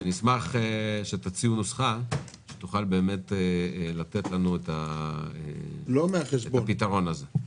ונשמח שתוציאו נוסחה שתוכל לתת לנו את הפתרון הזה.